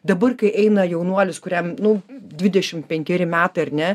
dabar kai eina jaunuolis kuriam nu dvidešimt penkeri metai ar ne